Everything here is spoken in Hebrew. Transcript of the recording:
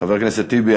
חבר הכנסת טיבי,